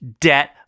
debt